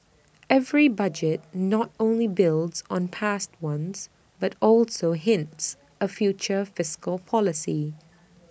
every budget not only builds on past ones but also hints A future fiscal policy